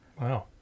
Wow